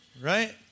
right